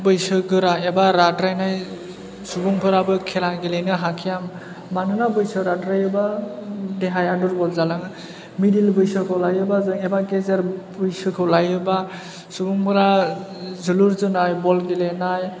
बैसो गोरा एबा राद्रायनाय सुबुंफोराबो खेला गेलेनो हाखाया मानोना बैसो राद्रायोबा देहाया दुरबल जालाङो मिदिल बैसोखौ लायोबा जों एबा गेजेर बैसोखौ लायोबा सुबुंफोरा जोलुर जोनाय बल गेलेनाय